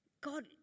God